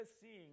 seeing